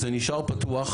זה נשאר פתוח.